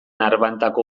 arbantako